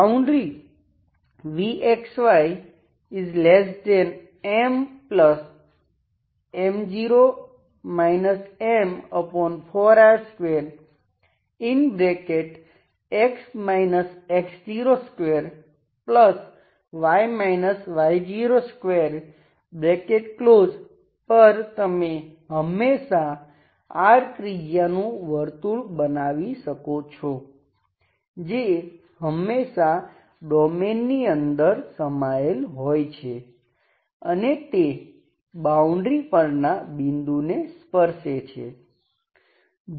boundary vxyMM0 M4R2x x02y y02 પર તમે હંમેશા R ત્રિજ્યાનું વર્તુળ બનાવી શકો છો જે હંમેશા ડોમેઈનની અંદર સમાયેલ હોય છે અને તે બાઉન્ડ્રી પરના બિંદુને સ્પર્શે છે